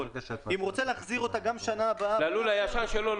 והוא רוצה להחזיר אותה גם בשנה הבאה --- לא ללול הישן שלו.